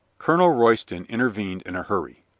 colonel royston intervened in a hurry.